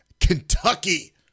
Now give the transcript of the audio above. Kentucky